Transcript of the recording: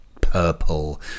purple